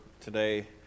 today